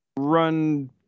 Run